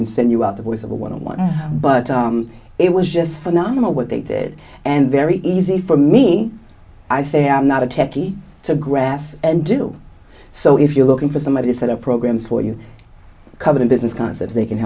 and send you out that was a one on one but it was just phenomenal what they did and very easy for me i say i'm not a techie to grass and do so if you're looking for somebody to set up programs for you covered in business concepts they can